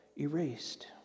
erased